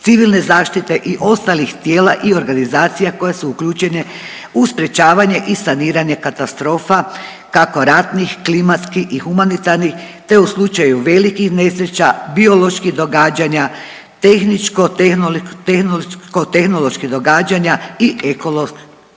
civilne zaštite i ostalih tijela i organizacija koje su uključene u sprječavanje i saniranje katastrofa kako ratnih, klimatskih i humanitarnih, te u slučaju velikih nesreća, bioloških događanja, tehničko-tehnoloških događanja i ekoloških